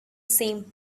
same